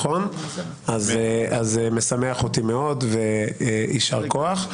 אז זה משמח אותי מאוד ויישר כוח.